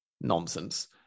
nonsense